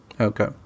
Okay